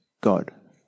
God